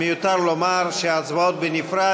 מיותר לומר שההצבעות נפרדות.